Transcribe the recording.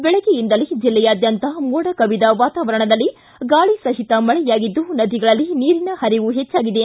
ಬೆಳಗ್ಗೆಯಿಂದಲೇ ಜಿಲ್ಲೆಯಾದ್ಯಂತ ಮೋಡ ಕವಿದ ವಾತಾವರಣದಲ್ಲಿ ಗಾಳಿ ಸಹಿತ ಮಳೆಯಾಗಿದ್ದು ನದಿಗಳಲ್ಲಿ ನೀರಿನ ಪರಿವು ಹೆಚ್ಚಾಗಿದೆ